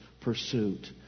pursuit